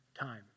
time